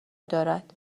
دارد